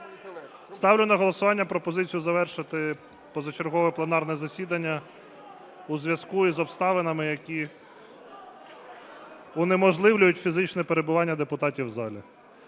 Ставлю на голосування пропозицію завершити позачергове пленарне засідання у зв'язку із обставинами, які унеможливлюють фізичне перебування депутатів у залі,